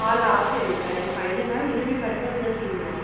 हा last rate आहे final आहे हिन में घटि वधि न थींदो आहे